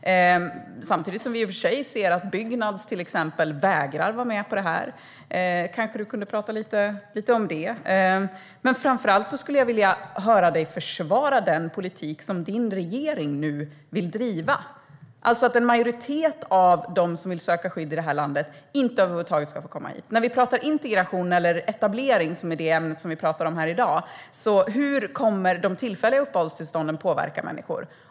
Samtidigt ser vi att till exempel Byggnads vägrar att vara med på det. Du kanske kunde tala lite om det. Framför allt skulle jag vilja höra dig försvara den politik som din regering nu vill driva. En majoritet av dem som vill söka skydd i landet ska över huvud taget inte få komma hit. När vi talar om integration eller etablering, som är ämnet här i dag, är frågan: Hur kommer de tillfälliga uppehållstillstånden att påverka människor?